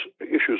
issues